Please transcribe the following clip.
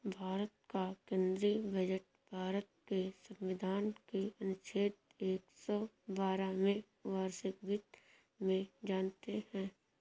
भारत का केंद्रीय बजट भारत के संविधान के अनुच्छेद एक सौ बारह में वार्षिक वित्त में जानते है